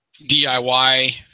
DIY